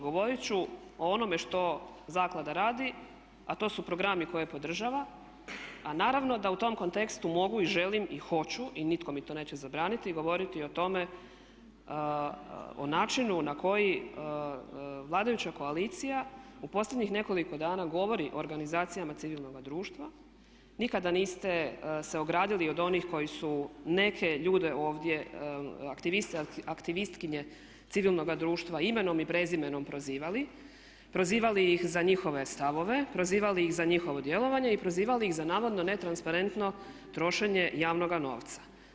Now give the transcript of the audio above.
Govorit ću o onome što zaklada radi, a to su programi koje podržava, a naravno da u tom kontekstu mogu i želim i hoću i nitko mi to neće zabraniti govoriti o tome, o načinu na koji vladajuća koalicija u posljednjih nekoliko dana govori o organizacijama civilnoga društva, nikada niste se ogradili od onih koji su neke ljude ovdje aktiviste i aktivistkinje civilnoga društva imenom i prezimenom prozivali, prozivali ih za njihove stavove, prozivali ih za njihovo djelovanje i prozivali ih za navodno netransparentno trošenja javnoga novca.